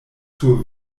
sur